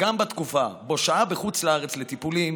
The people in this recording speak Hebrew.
וגם בתקופה שבה שהה בחוץ לארץ לטיפולים